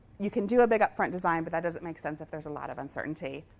you can do a big, upfront design, but that doesn't make sense if there's a lot of uncertainty.